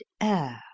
air